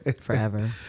Forever